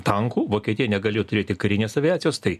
tankų vokietija negalėjo turėti karinės aviacijos tai